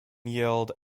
yield